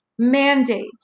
Mandate